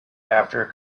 after